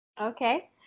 Okay